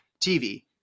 TV